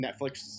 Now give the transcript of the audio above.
netflix